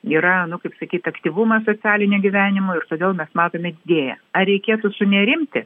yra nu kaip sakyt aktyvumas socialinio gyvenimo ir todėl mes matome didėja ar reikėtų sunerimti